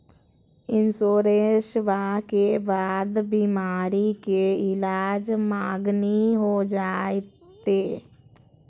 इंसोरेंसबा के बाद बीमारी के ईलाज मांगनी हो जयते?